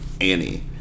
annie